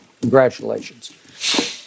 Congratulations